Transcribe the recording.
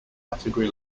category